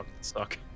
suck